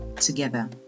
together